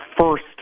first